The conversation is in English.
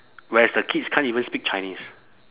whereas the kids can't even speak chinese